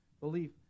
belief